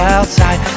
outside